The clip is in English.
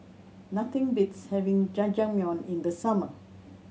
nothing beats having Jajangmyeon in the summer